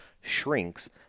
shrinks